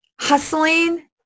Hustling